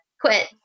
quit